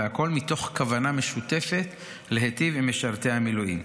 והכול מתוך כוונה משותפת להיטיב עם משרתי המילואים.